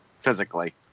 physically